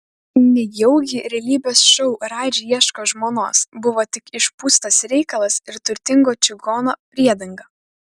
nejaugi realybės šou radži ieško žmonos buvo tik išpūstas reikalas ir turtingo čigono priedanga